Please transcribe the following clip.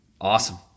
Awesome